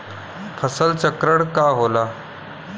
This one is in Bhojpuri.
फसल चक्रण का होला?